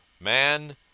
Man